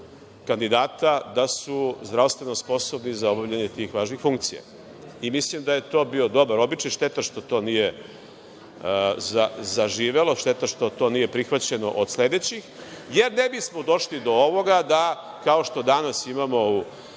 da su zdravstveno sposobni za obavljanje tih važnih funkcija. Mislim da je to bio dobar običaj, šteta što to nije zaživelo. Šteta što to nije prihvaćeno od sledećih, jer ne bismo došli do ovoga da kao što danas imamo u